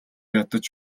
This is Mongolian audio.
ядаж